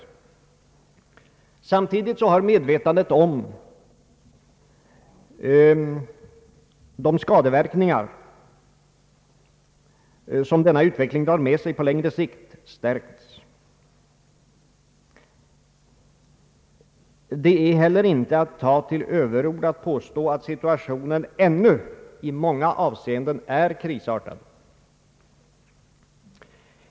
Samtidigt har medvetandet stärkts när det gäller de skadeverkningar som denna utveckling drar med sig på längre sikt. Det är heller inte att ta till överord att påstå att situationen ännu i många avseenden är krisartad.